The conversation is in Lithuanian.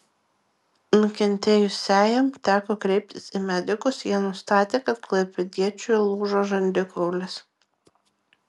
nukentėjusiajam teko kreiptis į medikus jie nustatė kad klaipėdiečiui lūžo žandikaulis